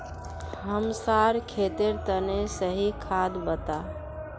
हमसार खेतेर तने सही खाद बता